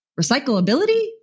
Recyclability